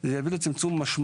אבל זה יבא לצמצום משמעותי.